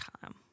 time